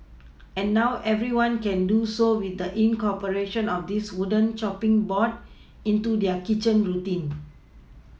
and now everyone can do so with the incorporation of this wooden chopPing board into their kitchen routine